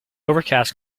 overcast